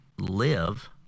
live